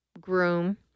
groom